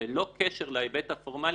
ללא קשר להיבט הפורמלי,